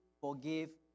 forgive